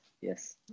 Yes